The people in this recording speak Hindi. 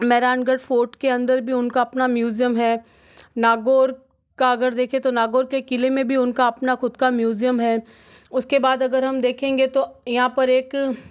मेहरानगढ़ फोर्ट के अंदर भी उनका अपना म्यूजियम है नागौर का घर देखे तो नागौर के किले में भी उनका अपना खुद का म्यूजियम है उसके बाद अगर हम देखेंगे तो यहाँ पर एक